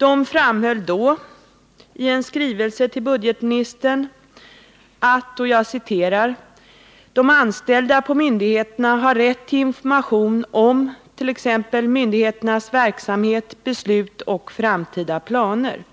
Man framhöll följande i en skrivelse till budgetministern: ”De anställda på myndigheterna har rätt till information om t.ex. myndighetens verksamhet, beslut och framtida planer.